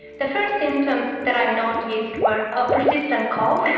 the first symptoms that i noticed were a persistent cough,